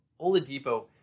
Oladipo